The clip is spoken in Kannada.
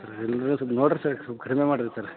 ಇಲ್ಲ ಸರ್ ನೋಡ್ರಿ ಸರ್ ಸ್ವಲ್ಪ್ ಕಡಿಮೆ ಮಾಡ್ರಿ ಸರ್